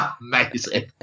Amazing